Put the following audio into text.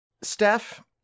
Steph